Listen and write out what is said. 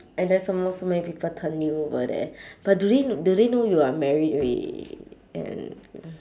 and then some more so many people turn you over there but do they do they know you are married alrea~ and